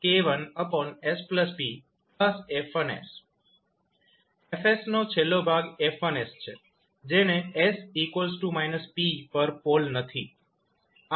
𝐹𝑠 નો છેલ્લો ભાગ 𝐹1𝑠 છે જેને s −p પર પોલ નથી